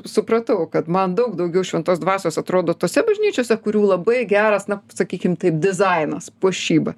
supratau kad man daug daugiau šventos dvasios atrodo tose bažnyčiose kurių labai geras na sakykim taip dizainas puošyba